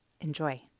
Enjoy